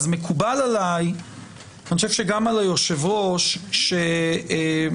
מקובל עלי ואני חושב שגם על היושב-ראש שתהיה